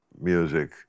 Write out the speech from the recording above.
music